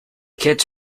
kids